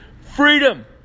Freedom